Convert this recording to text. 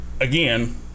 again